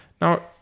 now